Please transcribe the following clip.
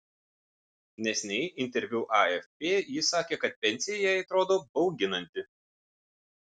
neseniai interviu afp ji sakė kad pensija jai atrodo bauginanti